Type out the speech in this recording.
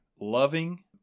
loving